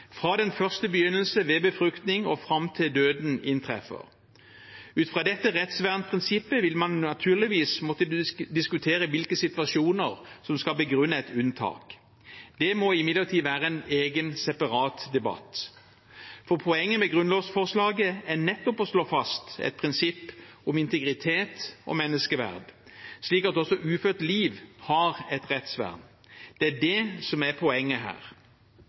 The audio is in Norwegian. fra den første begynnelse ved befruktning og fram til døden inntreffer. Ut fra dette rettsvernsprinsippet vil man naturligvis måtte diskutere hvilke situasjoner som skal kunne begrunne et unntak. Det må imidlertid være en egen, separat debatt. Poenget med grunnlovsforslaget er å slå fast et prinsipp om integritet og menneskeverd slik at også ufødt liv har et rettsvern. Det er det som er poenget her.